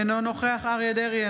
אינו נוכח אריה מכלוף דרעי,